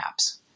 apps